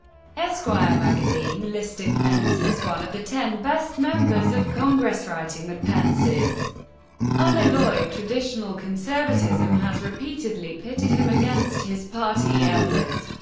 esquire magazine listed pence as one of the ten best members of congress, writing that pence's unalloyed traditional conservatism has repeatedly pitted him against his party elders.